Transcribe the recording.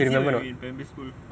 is it when we were in primary school